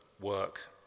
work